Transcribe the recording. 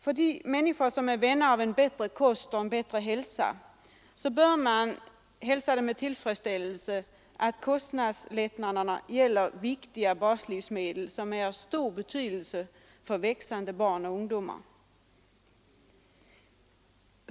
De människor som är vänner av en bättre kost och hälsa bör notera med tillfredsställelse att kostnadslättnaderna gäller viktiga baslivsmedel, som är av stor betydelse för växande barn och ungdomar.